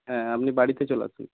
হ্যাঁ আপনি বাড়িতে চলে আসুন